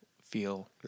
feel